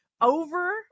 over